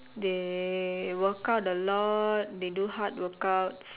they workout a lot they do hard workouts